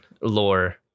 lore